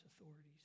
authorities